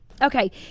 Okay